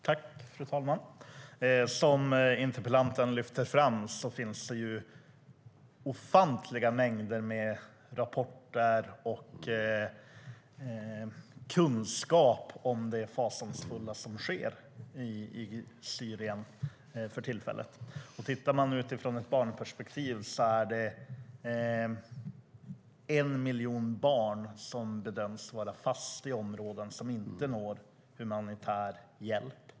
Fru talman! Som interpellanten framhåller finns det ofantliga mängder med rapporter och kunskap om det fasansfulla som för tillfället sker i Syrien. Det är en miljon barn som bedöms vara fast i områden och som inte nås av humanitär hjälp.